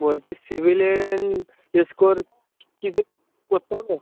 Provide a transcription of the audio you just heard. বলছি সিভিলেন এস্কর কিছু করতে হবে